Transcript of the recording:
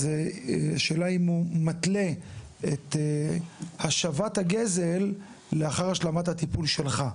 אז השאלה אם הוא מתלה את השבת הגזל לאחר השלמת הטיפול שלך?